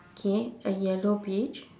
okay a yellow beach